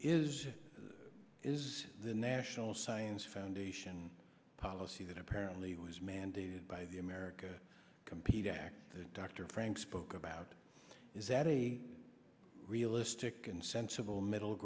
is is the national science foundation policy that apparently was mandated by the america compete act that dr frank spoke about is that a realistic and sensible middle